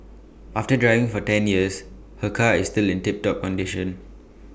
after driving for ten years her car is still in tip top condition